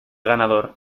ganador